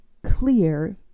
clear